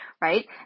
right